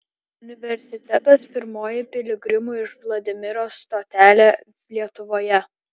universitetas pirmoji piligrimų iš vladimiro stotelė lietuvoje